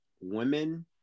women